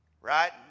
Right